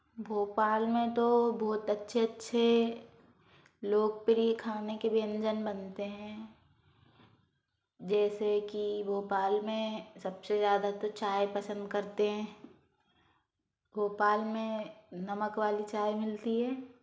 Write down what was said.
भोपाल में तो बहुत अच्छे अच्छे लोकप्रिय खाने के व्यंजन बनते हैं जैसे कि भोपाल में सबसे ज़्यादा तो चाय पसंद करते हैं भोपाल में नमक वाली चाय मिलती है